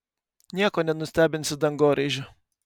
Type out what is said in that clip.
nieko nenustebinsi dangoraižiu